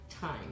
time